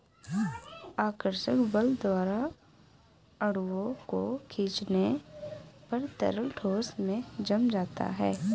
आकर्षक बल द्वारा अणुओं को खीचने पर तरल ठोस में जम जाता है